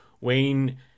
Wayne